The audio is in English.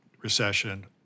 recession